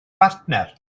bartner